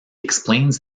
explains